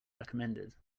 recommended